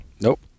Nope